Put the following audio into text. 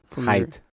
height